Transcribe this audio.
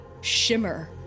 shimmer